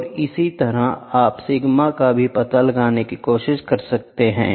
और इसी तरह आप सिग्मा का भी पता लगाने की कोशिश कर सकते हैं